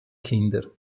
kinder